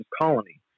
colony